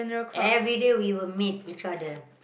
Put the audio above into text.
everyday we will meet each other